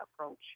approach